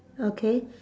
okay